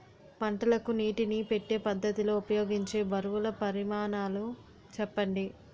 పంటలకు నీటినీ పెట్టే పద్ధతి లో ఉపయోగించే బరువుల పరిమాణాలు చెప్పండి?